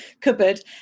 cupboard